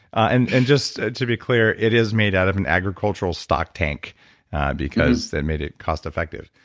and and just to be clear, it is made out of an agricultural stock tank because they made it cost-effective,